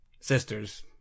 Sisters